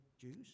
Jews